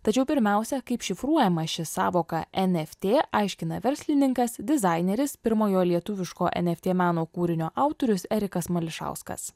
tačiau pirmiausia kaip šifruojama ši sąvoka e ft aiškina verslininkas dizaineris pirmojo lietuviško eft meno kūrinio autorius erikas mališauskas